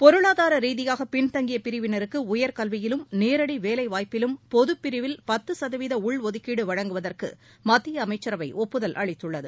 பொருளாதார ரீதியாக பின்தங்கிய பிரிவினருக்கு உயர்கல்வியிலும் நேரடி வேலை வாய்ப்பிலும் பொதுப்பிரிவில் பத்து சதவீத உள்ஒதுக்கீடு வழங்குவதற்கு மத்திய அமைச்சரவை ஒப்புதல் அளித்துள்ளது